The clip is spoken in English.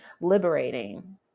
liberating